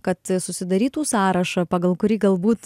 kad susidarytų sąrašą pagal kurį galbūt